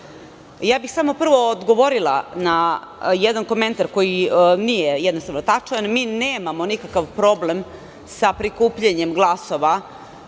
samo bih prvo odgovorila na jedan komentar koji jednostavno nije tačan. Mi nemamo nikakav problem sa prikupljanjem glasova